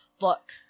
Look